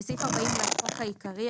25. בסעיף 40 לחוק העיקרי,